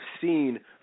seen